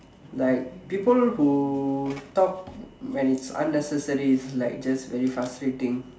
like people who talk when it's unnecessary is like just very frustrating